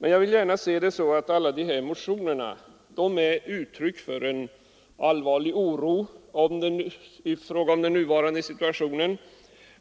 Men jag vill gärna se alla de här motionerna som uttryck för en oro med anledning av den nuvarande situationen.